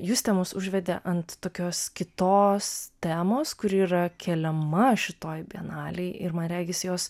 justė mus užvedė ant tokios kitos temos kuri yra keliama šitoj bienalėj ir man regis jos